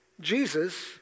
Jesus